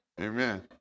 Amen